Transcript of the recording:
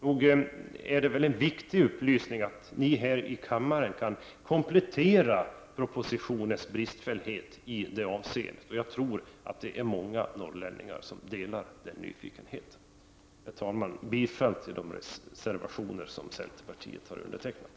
Nog vore det väl viktigt om ni här i kammaren kunde komplettera propositionens bristfällighet i det avseendet. Jag tror att det är många norrlänningar som delar den nyfikenheten. Herr talman! Jag yrkar bifall till de reservationer som centerpartiet har undertecknat.